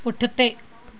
पुठिते